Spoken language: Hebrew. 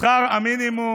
שכר המינימום